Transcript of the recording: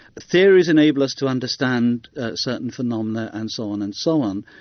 theories enable us to understand certain phenomena and so on and so on.